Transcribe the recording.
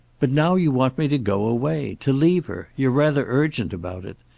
but now you want me to go away. to leave her. you're rather urgent about it.